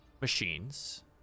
machines